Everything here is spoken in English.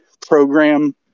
program